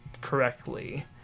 correctly